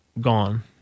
gone